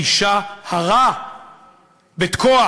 אישה הרה בתקוע,